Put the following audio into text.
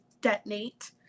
detonate